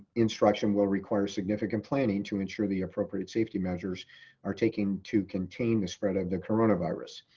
instruction will require significant planning to ensure the appropriate safety measures are taken to contain the spread of the coronavirus.